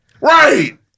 Right